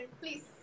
Please